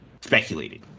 speculated